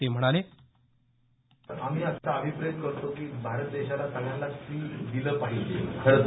ते म्हणाले आम्ही असं अभिप्रेत करतो की भारत देशाला सगळ्यांनाच फ्री दिलं पाहिजे खरं तर